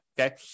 Okay